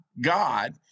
god